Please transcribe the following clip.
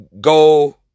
go